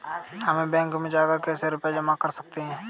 हम बैंक में जाकर कैसे रुपया जमा कर सकते हैं?